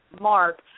mark